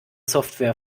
software